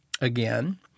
again